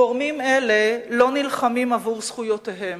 גורמים אלה לא נלחמים עבור זכויותיהם.